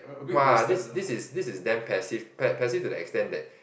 !wah! this this is this is damn passive passive to the extent that